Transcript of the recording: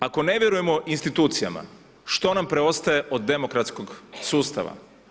Ako ne vjerujemo institucijama, što nam preostaje od demokratskog sustava?